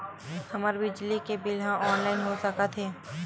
हमर बिजली के बिल ह ऑनलाइन हो सकत हे?